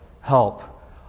help